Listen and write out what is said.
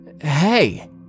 Hey